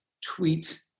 tweet